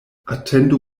atendu